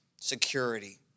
security